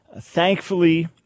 Thankfully